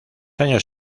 años